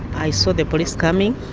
i saw the police coming,